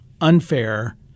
unfair